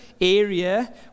area